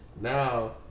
Now